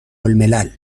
الملل